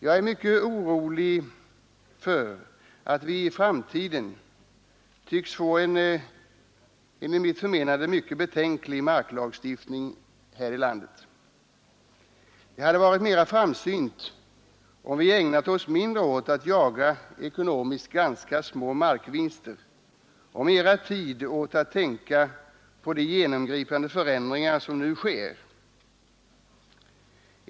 Jag finner det oroande att vi i framtiden tycks få en mycket betänklig marklagstiftning här i landet. Det hade varit mera framsynt, om vi ägnat mindre tid åt att jaga ekonomiskt ganska små markvinster och mera tid åt att tänka på de genomgripande förändringar som nu sker.